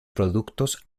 productos